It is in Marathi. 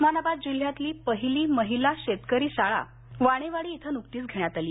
उस्मानाबाद जिल्ह्यातली पहिली महिला शेतकरी शेती शाळा वाणेवाडी इथं नुकतीच घेण्यात आली